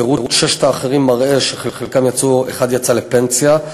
פירוט ששת האחרים מראה שאחד יצא לפנסיה,